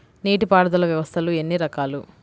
నీటిపారుదల వ్యవస్థలు ఎన్ని రకాలు?